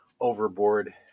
overboard